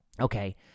Okay